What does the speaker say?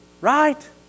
Right